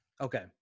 Okay